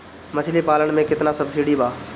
मछली पालन मे केतना सबसिडी बा?